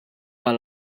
għal